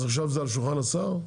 אז עכשיו זה על שולחן השר?